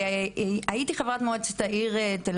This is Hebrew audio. וכשהייתי חברת מועצת העיר תל